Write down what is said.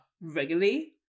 regularly